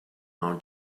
our